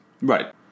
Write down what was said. Right